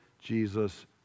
Jesus